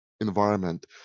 environment